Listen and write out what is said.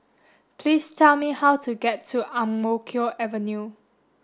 please tell me how to get to Ang Mo Kio Avenue